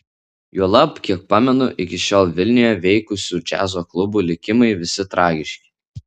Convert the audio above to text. juolab kiek pamenu iki šiol vilniuje veikusių džiazo klubų likimai visi tragiški